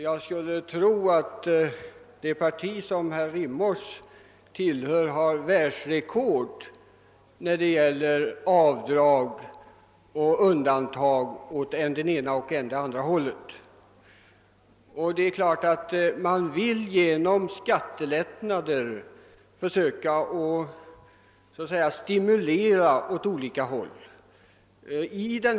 Jag skulle tro att det parti som herr Rimås tillhör har »världsrekord«» i fråga om att begära avdrag och undantag i olika hänseenden. Man vill försöka stimulera genom skattelättnader.